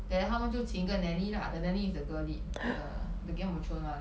then 他们就请一个 nanny lah the nanny is the girl lead the the game of throne one